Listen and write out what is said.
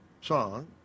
song